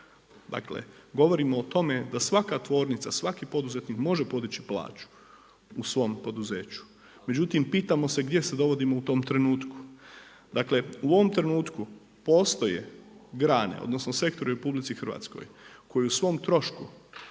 Dakle, govorimo to tome da svaka tvornica, svaki poduzetnik može podići plaću u svom poduzeću, međutim pitamo se gdje se dovodimo u tom trenutku. Dakle u ovom trenutku postoje grane, odnosno sektori u RH koji o svom trošku